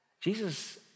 Jesus